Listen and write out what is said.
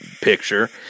picture